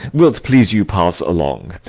wil't please you pass along?